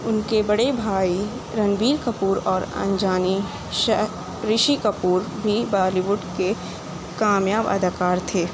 ان کے بڑے بھائی رنبیر کپور اور آنجہانی رشی کپور بھی بالیوڈ کے کامیاب اداکار تھے